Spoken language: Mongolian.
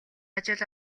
ажил